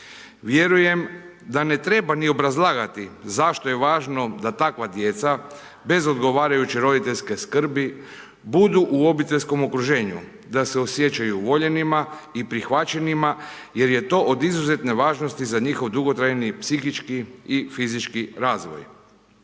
Vjerujem da ne treba ni obrazlagati, zašto je važno da takva djeca bez odgovarajuće roditeljske skrbi budu u obiteljskom okruženju, da se osjećaju voljenima i prihvaćenima, jer je to od izuzetne važnosti za njihov dugotrajni i psihički i fizički razvoj.